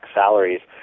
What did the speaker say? salaries